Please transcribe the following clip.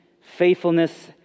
faithfulness